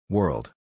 World